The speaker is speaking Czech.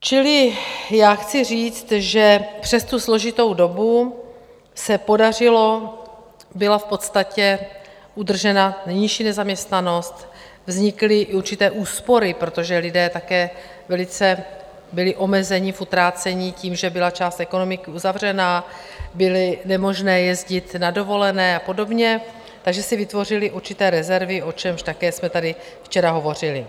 Čili já chci říct, že přes tu složitou dobu se podařilo, byla v podstatě udržena nejnižší nezaměstnanost, vznikly určité úspory, protože lidé také velice byli omezeni v utrácení tím, že byla část ekonomiky uzavřená, bylo nemožné jezdit na dovolené a podobně, takže si vytvořili určité rezervy, o čemž také jsme tady včera hovořili.